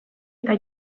eta